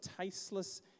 tasteless